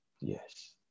Yes